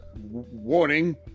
warning